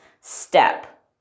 step